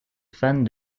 fans